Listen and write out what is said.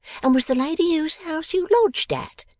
and was the lady whose house you lodged at,